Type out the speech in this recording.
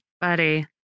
buddy